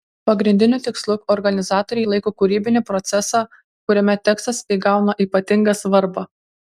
pagrindiniu tikslu organizatoriai laiko kūrybinį procesą kuriame tekstas įgauna ypatingą svarbą